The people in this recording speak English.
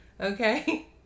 Okay